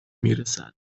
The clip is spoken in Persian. میرسد